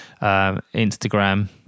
Instagram